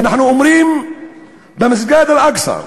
אנחנו אומרים במסגד אל-אקצא: